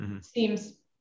seems